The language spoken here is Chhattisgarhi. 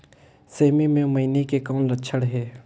सेमी मे मईनी के कौन लक्षण हे?